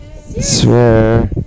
Swear